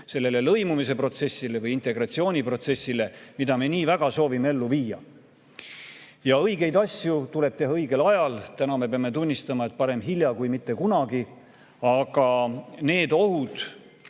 Eestis lõimumisprotsessile või integratsiooniprotsessile, mida me nii väga soovime ellu viia. Õigeid asju tuleb teha õigel ajal. Täna me peame tunnistama, et parem hilja kui mitte kunagi. Aga need ohud,